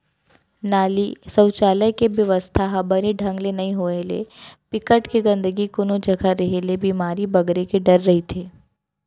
नाली, सउचालक के बेवस्था ह बने ढंग ले नइ होय ले, बिकट के गंदगी कोनो जघा रेहे ले बेमारी बगरे के डर रहिथे